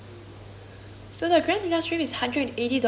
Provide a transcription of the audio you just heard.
so the grand deluxe room is hundred and eighty dollars per night